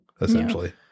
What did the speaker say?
essentially